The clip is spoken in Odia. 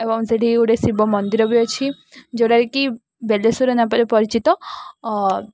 ଏବଂ ସେଠି ଗୋଟେ ଶିବ ମନ୍ଦିର ବି ଅଛି ଯୋଉଟାକି ବଲେଶ୍ଵର ନ ପରେ ପରିଚିତ